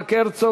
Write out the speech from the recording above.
ישראל אייכלר,